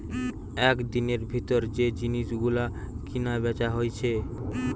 একদিনের ভিতর যে জিনিস গুলো কিনা বেচা হইছে